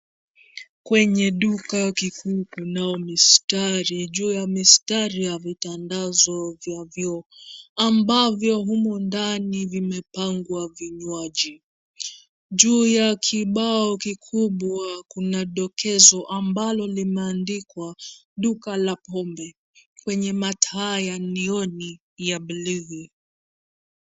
Kwenye duka kikuu kunao mistari, juu ya mistari ya vitandazo vya vioo ambavyo humo ndani vimepangwa vinywaji. Juu ya kibao kikubwa kuna dokezo ambalo limeandikwa duka la pombe, kwenye mataa ya nioni ya bluu.